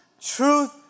truth